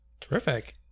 terrific